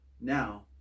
now